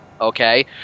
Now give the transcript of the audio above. Okay